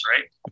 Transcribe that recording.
right